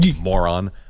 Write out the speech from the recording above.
Moron